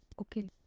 Okay